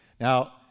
Now